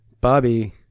Bobby